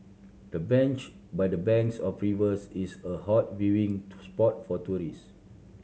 the bench by the banks of rivers is a hot viewing to spot for tourist